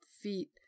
feet